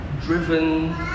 driven